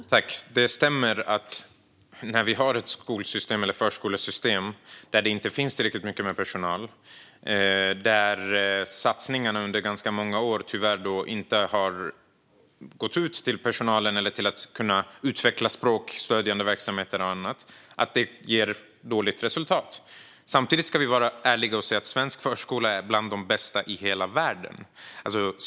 Fru talman! Det stämmer att när vi har ett skolsystem eller ett förskolesystem där det inte finns tillräckligt med personal, där satsningarna under ganska många år tyvärr inte har gått till personalen eller till att utveckla språkstödjande verksamheter och annat ger det ett dåligt resultat. Vi ska samtidigt vara ärliga och säga att svensk förskola är bland de bästa i hela världen.